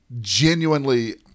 genuinely